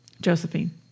Josephine